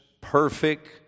perfect